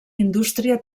indústria